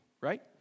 right